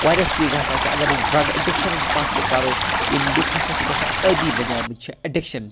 واریاہ چیز ہسا چھِ اَگر أسۍ ڈَرگ ایڑِکشَنٕچ کَتھ تہِ کَرو یِم لُکھ ہَسا چھِ گَژھان ٲدی بَنیامٕتۍ چھِ ایڑِکشَن